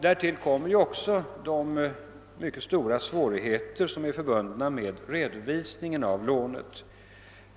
Därtill kommer de mycket stora svårigheter som är förbundna med redovisningen av lånet.